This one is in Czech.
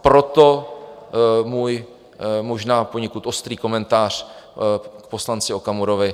Proto můj možná poněkud ostrý komentář k poslanci Okamurovi.